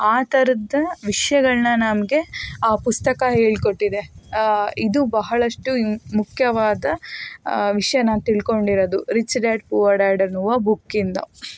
ಆ ಥರದ ವಿಷಯಗಳನ್ನ ನಮಗೆ ಆ ಪುಸ್ತಕ ಹೇಳ್ಕೊಟ್ಟಿದೆ ಇದು ಬಹಳಷ್ಟು ಇಂಪು ಮುಖ್ಯವಾದ ವಿಷಯ ನಾನು ತಿಳ್ಕೊಂಡಿರೋದು ರಿಚ್ ಡ್ಯಾಡ್ ಪೂವರ್ ಡ್ಯಾಡ್ ಎನ್ನುವ ಬುಕ್ಕಿಂದ